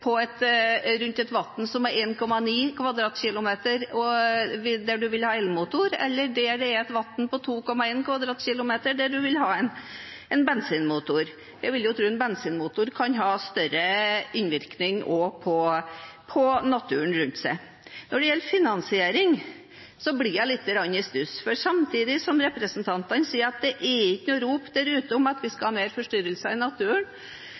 et vann som er 1,9 km 2 , der man vil ha en elmotor, enn for et vann på 2,1 km 2 , der man vil ha en bensinmotor. Jeg ville tro at en bensinmotor kan ha større innvirkning på naturen rundt. Når det gjelder finansiering, blir jeg litt i stuss, for samtidig som representantene sier at det ikke er noe rop der ute om at vi skal ha mer forstyrrelser i naturen,